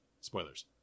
spoilers